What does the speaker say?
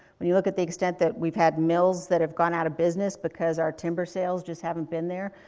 when you look at the extent that we've had mills that have gone out of business, because our timber sales just haven't been there.